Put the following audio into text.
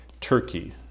Turkey